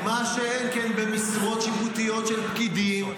-- מה שאין כן במשרות שיפוטיות של פקידים.